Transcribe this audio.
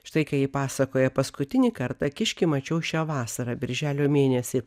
štai ką ji pasakoja paskutinį kartą kiškį mačiau šią vasarą birželio mėnesį